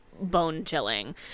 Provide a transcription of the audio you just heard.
bone-chilling